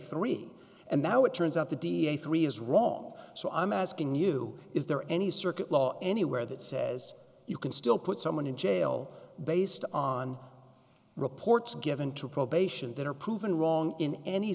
three and now it turns out the da three is wrong so i'm asking you is there any circuit law anywhere that says you can still put someone in jail based on reports given to probation that are proven wrong in any